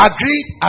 Agreed